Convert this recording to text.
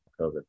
COVID